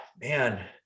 man